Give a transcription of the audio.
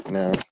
now